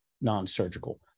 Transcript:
non-surgical